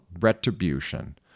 retribution